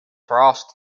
frost